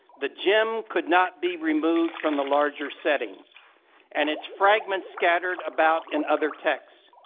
the gem could not be removed from the larger setting and its fragments scattered about in other texts.